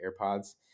AirPods